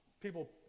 people